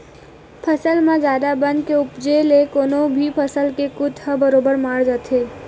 फसल म जादा बन के उपजे ले कोनो भी फसल के कुत ह बरोबर मार खाथे